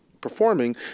performing